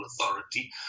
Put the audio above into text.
authority